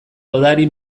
odari